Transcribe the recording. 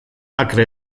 akre